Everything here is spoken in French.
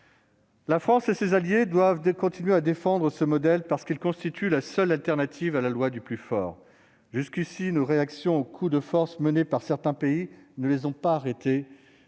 La France et ses alliés doivent continuer à défendre ce modèle, parce qu'il constitue la seule alternative à la loi du plus fort. Jusqu'ici, nos réactions aux coups de force menés par certains pays ne les ont arrêtés